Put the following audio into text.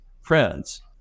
friends